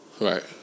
Right